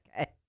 Okay